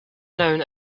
known